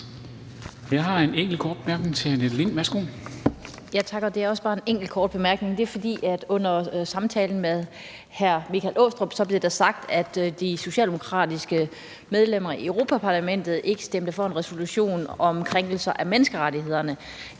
er der en enkelt kort bemærkning til Annette Lind. Værsgo. Kl. 20:48 Annette Lind (S): Tak. Ja, det er bare en enkelt kort bemærkning. Det er, fordi der under samtalen med hr. Michael Aastrup Jensen blev sagt, at de socialdemokratiske medlemmer i Europa-Parlamentet ikke stemte for en resolution om krænkelser af menneskerettighederne.